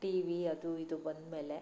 T V ಅದು ಇದು ಬಂದಮೇಲೆ